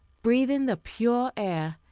breathing the pure air,